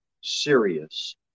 serious